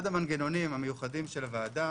אחד המנגנונים המיוחדים של הוועדה